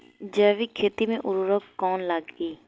जैविक खेती मे उर्वरक कौन लागी?